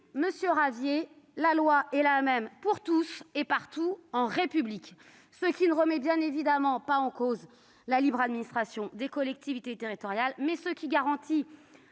monsieur Ravier, la loi est la même pour tous et partout en République. Cela ne remet pas en cause la libre administration des collectivités territoriales, mais garantit